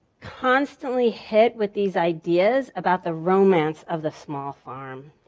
constantly hit with these ideas about the romance of the small farm.